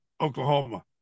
Oklahoma